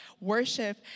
worship